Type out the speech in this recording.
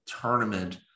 tournament